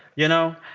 you know?